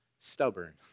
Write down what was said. stubborn